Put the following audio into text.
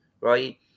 right